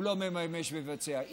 הוא לא מממש ומבצע,